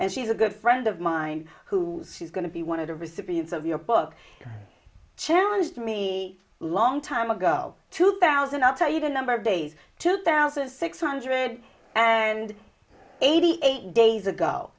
and she's a good friend of mine who she's going to be one of the recipients of your book challenge me a long time ago two thousand i'll tell you the number of days two thousand six hundred and eighty eight days ago